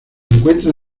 encuentra